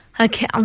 okay